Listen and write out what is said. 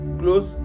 close